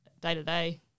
day-to-day